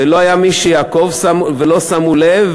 ולא היה מי שיעקוב ולא שמו לב,